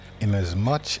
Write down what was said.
Inasmuch